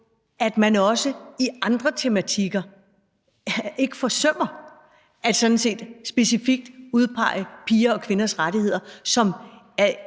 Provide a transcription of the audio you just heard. i forhold til andre tematikker ikke forsømmer specifikt at udpege piger og kvinders rettigheder